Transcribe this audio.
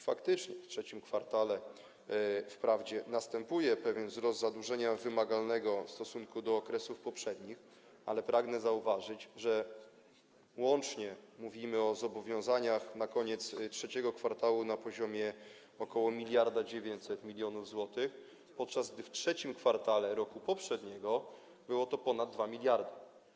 Faktycznie w III kwartale wprawdzie następuje pewien wzrost zadłużenia wymagalnego w stosunku do okresów poprzednich, ale pragnę zauważyć, że łącznie mówimy o zobowiązaniach na koniec III kwartału na poziomie ok. 1900 mln zł, podczas gdy w III kwartale roku poprzedniego było to ponad 2 mld.